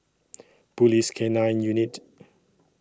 Police K nine Unit